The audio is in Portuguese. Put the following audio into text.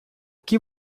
que